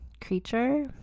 creature